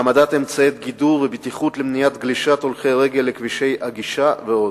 העמדת אמצעי גידור ובטיחות למניעת גלישת הולכי רגל לכבישי הגישה ועוד.